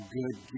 good